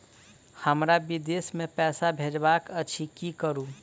हमरा विदेश मे पैसा भेजबाक अछि की करू?